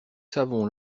savons